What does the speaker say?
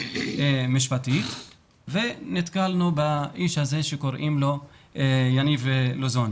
משפטית ונתקלנו באיש הזה שקוראים לו יניב לוזון.